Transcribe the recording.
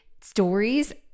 stories